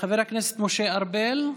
חבר הכנסת משה ארבל,